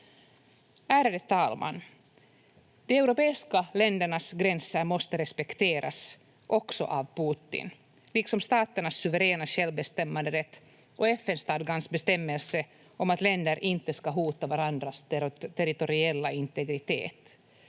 Ärade talman! De europeiska ländernas gränser måste respekteras, också av Putin, liksom staternas suveräna självbestämmanderätt och FN-stadgans bestämmelse om att länder inte ska hota varandras territoriella integritet.